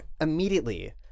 immediately